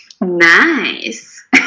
Nice